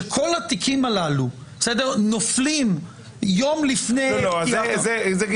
שכל התיקים הללו נופלים יום לפני --- גלעד,